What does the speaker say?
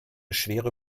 schwere